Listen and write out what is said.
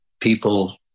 people